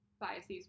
biases